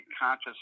conscious